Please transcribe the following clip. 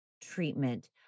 treatment